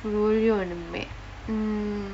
you really want a matte mm